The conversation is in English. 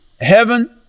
heaven